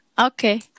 okay